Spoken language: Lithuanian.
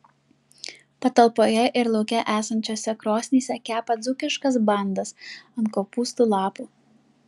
patalpoje ir lauke esančiose krosnyse kepa dzūkiškas bandas ant kopūstų lapų